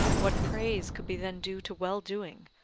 what praise could be then due to well-doing,